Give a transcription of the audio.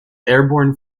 airborne